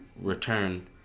return